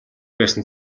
байсан